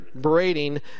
berating